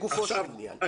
עכשיו,